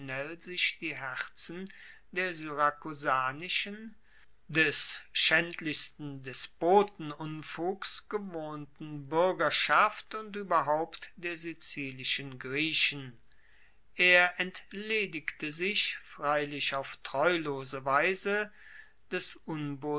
sich die herzen der syrakusanischen des schaendlichsten despotenunfugs gewohnten buergerschaft und ueberhaupt der sizilischen griechen er entledigte sich freilich auf treulose weise des